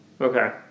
Okay